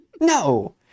No